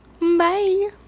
bye